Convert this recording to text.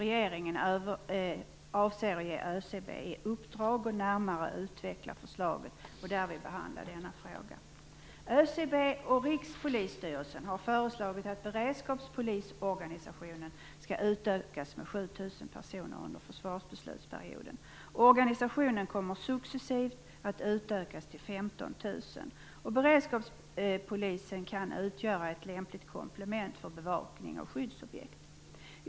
Regeringen avser att ge ÖCB i uppdrag att närmare utveckla förslagen när vi behandlar denna fråga. ÖCB och Rikspolisstyrelsen har föreslagit att beredskapspolisorganisationen skall utökas med 7 000 personer under försvarsbeslutsperioden. Organisationen kommer successivt att utökas till 15 000 personer. Beredskapspolisen kan utgöra ett lämpligt komplement för bevakning av skyddsobjekt.